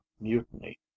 mutiny